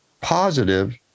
positive